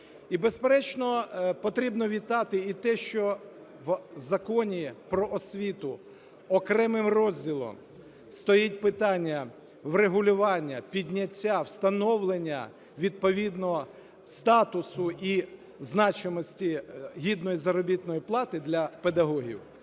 І, безперечно, потрібно вітати і те, що в Законі "Про освіту" окремим розділом стоїть питання врегулювання підняття, встановлення відповідного статусу і значимості гідної заробітної плати для педагогів.